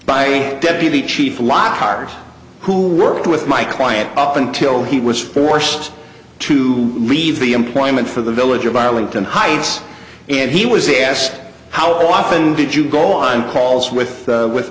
by deputy chief lockhart who worked with my client up until he was forced to leave the employment for the village of arlington heights and he was asked how often did you go on calls with with